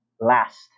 last